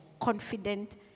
confident